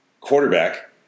quarterback